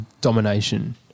domination